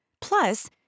Plus